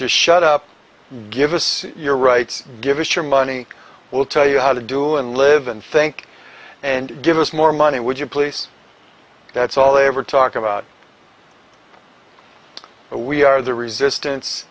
just shut up give us your rights give us your money we'll tell you how to do and live and think and give us more money would you please that's all they ever talk about we are the resistance